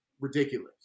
ridiculous